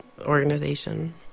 Organization